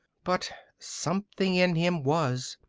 but something in him was.